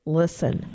listen